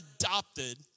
adopted